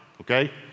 okay